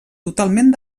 totalment